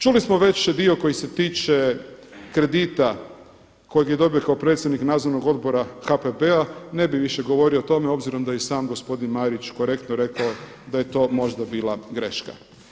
Čuli smo već dio koji se tiče kredita kojeg je dobio kao predsjednik Nadzornog odbora HPB-a, ne bi više govorio o tome obzirom da i sam gospodin Marić korektno rekao da je to možda bila greška.